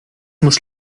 muss